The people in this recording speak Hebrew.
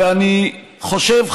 ואני חושב,